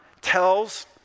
tells